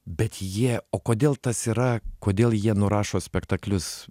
bet jie o kodėl tas yra kodėl jie nurašo spektaklius